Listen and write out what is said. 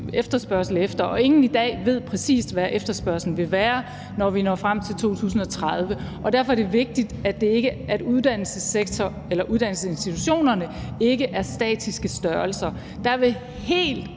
efterspørgsel efter. Ingen ved i dag præcis, hvad efterspørgslen vil være, når vi når frem til 2030. Derfor er det vigtigt, at uddannelsesinstitutionerne ikke er statiske størrelser. Der vil helt